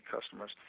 customers